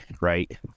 right